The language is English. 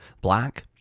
black